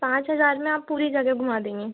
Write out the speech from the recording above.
पाँच हज़ार में आप पूरी जगह घूमा देंगें